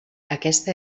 aquesta